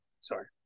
sorry